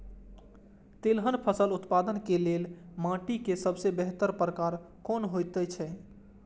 तेलहन फसल उत्पादन के लेल माटी के सबसे बेहतर प्रकार कुन होएत छल?